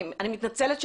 אני מתנצלת,